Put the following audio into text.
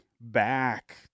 back